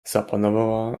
zapanowała